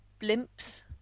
blimps